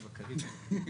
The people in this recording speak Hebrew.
הוא בקריביים.